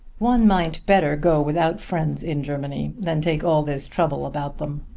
one might better go without friends in germany than take all this trouble about them.